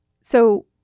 So-